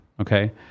Okay